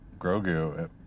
Grogu